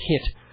hit